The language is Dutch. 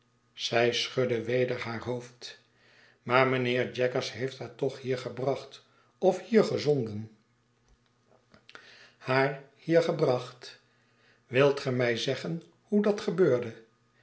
zij schudde weder haar hoofd maar mijnheer jaggers heeft haar toch hier gebracht of hier gezonden haar hier gebracht wilt ge mij zeggen hoe dat gebeurde